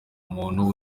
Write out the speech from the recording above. muntu